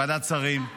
בוועדת שרים,